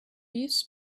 used